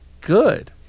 good